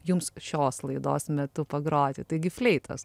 jums šios laidos metu pagroti taigi fleitos